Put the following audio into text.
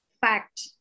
fact